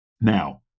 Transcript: Now